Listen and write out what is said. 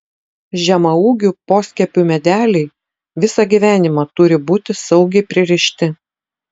žemaūgių poskiepių medeliai visą gyvenimą turi būti saugiai pririšti